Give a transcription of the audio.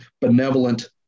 benevolent